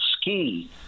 ski